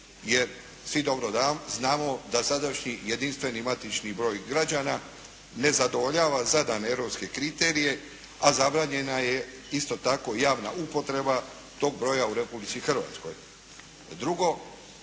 jer svi dobro znamo da sadašnji jedinstveni matični broj građana ne zadovoljava zadane europske kriterije a zabranjena je isto tako javna upotreba tog broja u Republici Hrvatskoj. Drugo,